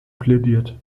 plädiert